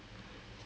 oh my